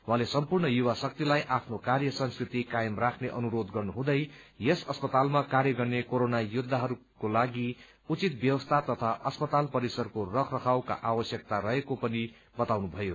उहाँले सम्पूर्ण युवा शक्तिलाई आफ्नो कार्य संस्कृति कायम राख्ने अनुरोध गर्नुहुँदै यस अस्पतालमा कार्य गर्ने कोरोना योद्धाहरूको लागि उचित व्यवस्था तथा अस्पताल परिसरको रख रखावका आवश्यकता रहेको पनि बताउनु भयो